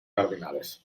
cardinales